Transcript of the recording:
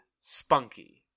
Spunky